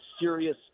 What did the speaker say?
serious